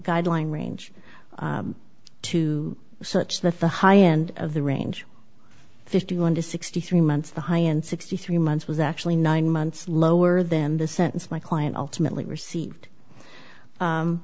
guideline range to such that the high end of the range fifty one to sixty three months the high and sixty three months was actually nine months lower than the sentence my client ultimately received